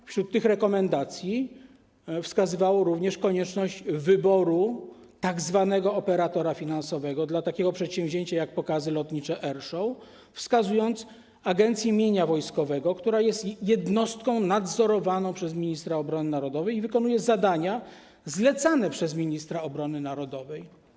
Wśród tych rekomendacji wskazywało również konieczność wyboru tzw. operatora finansowego dla takiego przedsięwzięcia jak pokazy lotnicze air show, wskazując to Agencji Mienia Wojskowego, która jest jednostką nadzorowaną przez ministra obrony narodowej i wykonuje zadania zlecane przez ministra obrony narodowej.